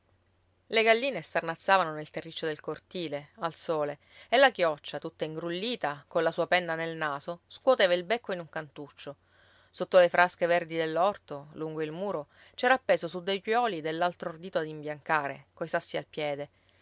le galline starnazzavano nel terriccio del cortile al sole e la chioccia tutta ingrullita colla sua penna nel naso scuoteva il becco in un cantuccio sotto le frasche verdi dell'orto lungo il muro c'era appeso su dei piuoli dell'altro ordito ad imbiancare coi sassi al piede